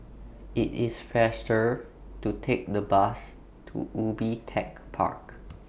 IT IS faster to Take The Bus to Ubi Tech Park